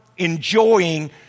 Enjoying